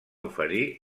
oferir